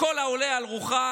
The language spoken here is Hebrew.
ככל העולה על רוחה,